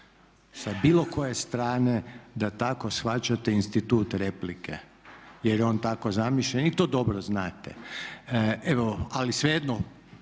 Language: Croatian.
sa bilo koje strane da tako shvaćate institut replike jer je on tako zamišljen i to dobro znate. Ali svejedno